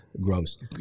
gross